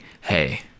hey